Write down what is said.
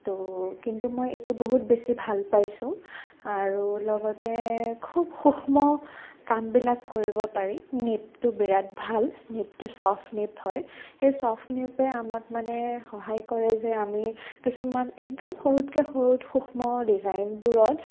তো কিন্তু মই এইটো বহুত বেছি ভাল পাইছোঁ আৰু লগতে খুব সূক্ষ্ম কামবিলাক কৰিব পাৰি নীবটো বিৰাট ভাল নিবটো চফ্ট নীব হয় সেই চফ্ট নীবে আমাক মানে সহায় কৰে যে আমি কিছুমান একদম সৰুতকৈ সৰু সূক্ষ্ম ডিজাইনবোৰত